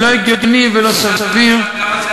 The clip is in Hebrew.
לא הגיוני ולא סביר.